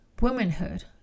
womanhood